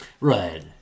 right